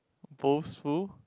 boastful